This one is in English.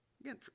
Again